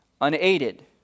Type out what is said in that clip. unaided